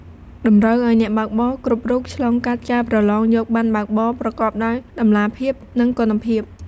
តម្រូវឱ្យអ្នកបើកបរគ្រប់រូបឆ្លងកាត់ការប្រឡងយកបណ្ណបើកបរប្រកបដោយតម្លាភាព និងគុណភាព។